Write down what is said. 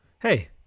Hey